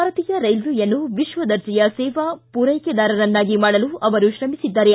ಭಾರತೀಯ ರೈಲ್ವೆಯನ್ನು ವಿಶ್ವ ದರ್ಜೆಯ ಸೇವಾ ಪೂರೈಕೆದಾರರನ್ನಾಗಿ ಮಾಡಲು ಅವರು ಶ್ರಮಿಸಿದವರು